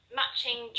matching